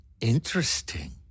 Interesting